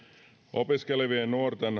opiskelevien nuorten